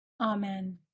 amen